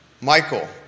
Michael